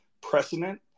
precedent